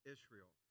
Israel